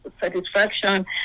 satisfaction